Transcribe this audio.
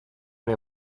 ere